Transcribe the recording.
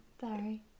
Sorry